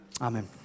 Amen